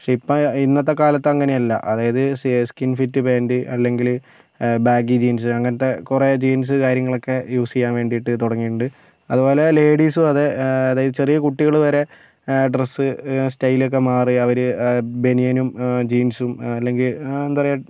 പക്ഷെ ഇപ്പം ഇന്നത്തെക്കാലത്ത് അങ്ങനെയല്ല അതായത് സെ സ്കിൻ ഫിറ്റ് പാന്റ് അല്ലെങ്കിൽ ബാഗി ജീൻസ് അങ്ങനത്തെ കുറേ ജീൻസ് കാര്യങ്ങളൊക്കെ യൂസ് ചെയ്യാൻ വേണ്ടിയിട്ട് തുടങ്ങിയിട്ടുണ്ട് അതുപോലെ ലേഡീസ് വരെ അതായത് ചെറിയ കുട്ടികൾ വരെ ഡ്രസ്സ് സ്റ്റൈലൊക്കെ മാറി അവർ ബനിയനും ജീൻസും അല്ലെങ്കിൽ എന്താ പറയുക